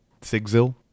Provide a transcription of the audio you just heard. Sigzil